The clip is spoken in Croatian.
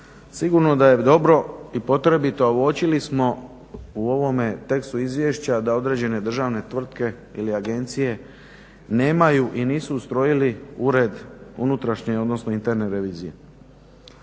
sigurno da je dobro i potrebito, a uočili smo u ovome tekstu izvješća da određene državne tvrtke ili agencije nemaju i nisu ustrojili ured unutrašnje, odnosno interne revizije.